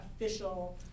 official